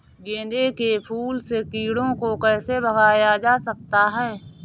गेंदे के फूल से कीड़ों को कैसे भगाया जा सकता है?